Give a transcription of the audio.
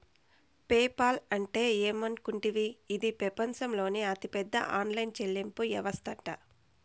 PayPal అంటే ఏమనుకుంటివి, ఇది పెపంచంలోనే అతిపెద్ద ఆన్లైన్ చెల్లింపు యవస్తట